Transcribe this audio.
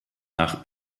nach